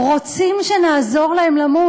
רוצים שנעזור להם למות?